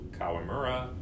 Kawamura